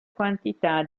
quantità